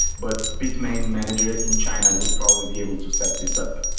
but bitmain manager in china would probably be able to set this up.